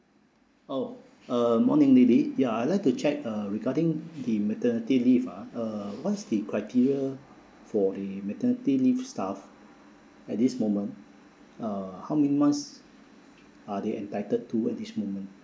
oh uh morning lily ya I'd like to check uh regarding the maternity leave ah uh what's the criteria for a maternity leave staff at this moment uh how many months are they entitled to at this moment